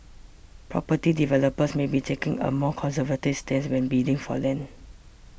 property developers may be taking a more conservative stance when bidding for land